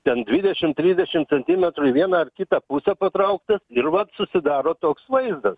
ten dvidešim trisdešim centimetrų į vieną ar kitą pusę patrauktas ir vat susidaro toks vaizdas